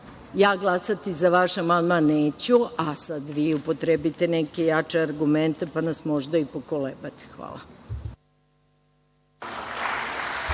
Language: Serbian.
ja glasati za vaš amandman neću, a vi upotrebite neke jače argumente, pa nas možda i pokolebate. Hvala.